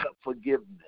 forgiveness